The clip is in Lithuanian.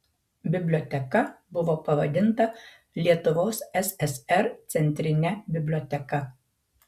biblioteka buvo pavadinta lietuvos ssr centrine biblioteka